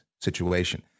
situation